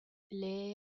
lee